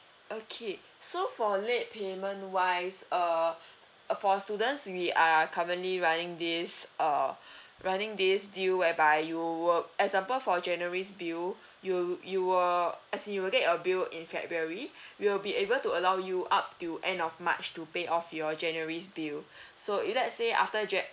okay so for late payment wise err uh for students we are currently running this uh running this deal whereby you will example for january's bill you you will as you will get your bill in february we'll be able to allow you up till end of march to pay off your january's bill so if let's say after jan~